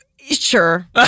sure